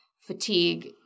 fatigue